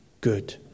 good